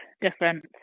different